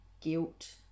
guilt